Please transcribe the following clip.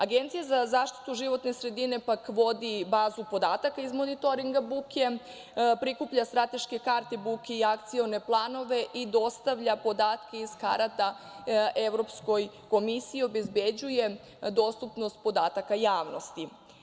Agencija za zaštitu životne sredine, pak, vodi bazu podataka iz monitoringa buke, prikuplja strateške karte buke i akcione planove i dostavlja podatke iz karata Evropskoj komisiji, obezbeđuje dostupnost podataka javnosti.